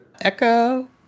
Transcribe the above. Echo